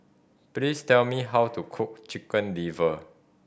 please tell me how to cook Chicken Liver